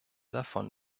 davon